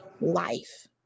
life